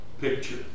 picture